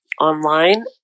online